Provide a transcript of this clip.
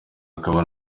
akaba